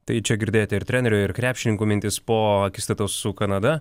tai čia girdėti ir trenerio ir krepšininkų mintys po akistatos su kanada